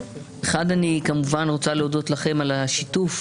אני כמובן רוצה להודות לכם על השיתוף,